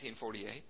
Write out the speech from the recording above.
1948